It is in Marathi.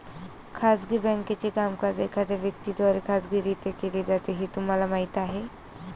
खाजगी बँकेचे कामकाज एखाद्या व्यक्ती द्वारे खाजगीरित्या केले जाते हे तुम्हाला माहीत आहे